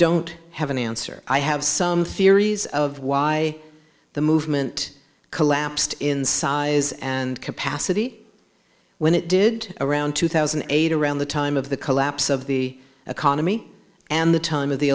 don't have an answer i have some theories of why the movement collapsed in size and capacity when it did around two thousand and eight around the time of the collapse of the economy and the time of the